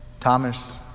Thomas